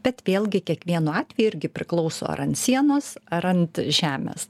bet vėlgi kiekvienu atveju irgi priklauso ar ant sienos ar ant žemės